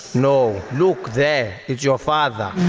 no, look there. it's your father.